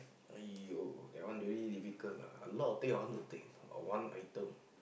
!aiyo! that one very difficult lah a lot of thing I want to take but one item